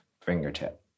fingertip